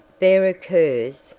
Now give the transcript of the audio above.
there occurs,